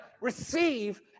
receive